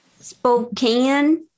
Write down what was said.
Spokane